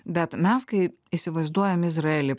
bet mes kai įsivaizduojam izraelį